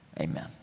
Amen